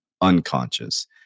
unconscious